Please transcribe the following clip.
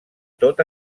tot